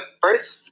first